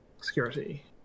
Security